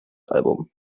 album